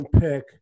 pick